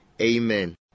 Amen